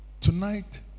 Tonight